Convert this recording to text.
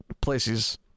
places